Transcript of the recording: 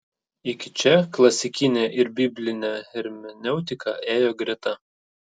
iki čia klasikinė ir biblinė hermeneutika ėjo greta